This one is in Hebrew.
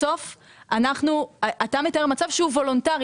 בסוף אתה מתאר מצב שהוא וולונטרי,